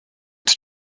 its